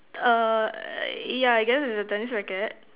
err yeah I guess it's a tennis racket